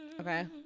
Okay